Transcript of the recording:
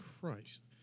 Christ